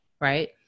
right